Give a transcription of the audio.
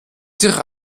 sich